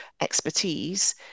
expertise